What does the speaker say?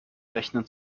rechnen